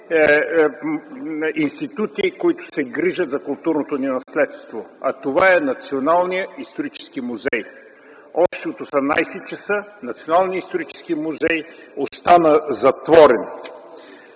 институти, които се грижат за културното ни наследство, а това е Националният ни исторически музей. Още от 18,00 ч. Националният исторически музей остана затворен.